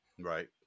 Right